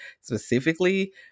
specifically